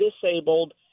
disabled